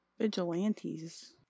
vigilantes